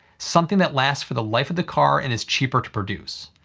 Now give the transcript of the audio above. something that lasts for the life of the car and is cheaper to produce.